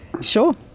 Sure